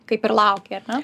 kaip ir laukė ar ne